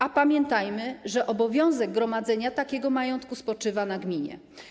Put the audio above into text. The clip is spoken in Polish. A pamiętajmy, że obowiązek gromadzenia takiego majątku spoczywa na gminie.